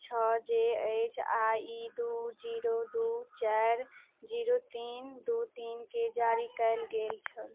छओ जे अछि आ ई दू जीरो दू चारि जीरो तीन दू तीन कऽ जारी कएल गेल छल